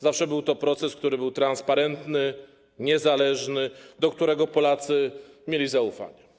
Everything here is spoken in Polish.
Zawsze był to proces, który był transparentny, niezależny, proces, do którego Polacy mieli zaufanie.